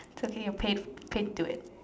totally you paid paid to it